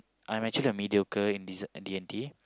I'm actually a mediocre in this D and T